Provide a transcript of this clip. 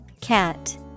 Cat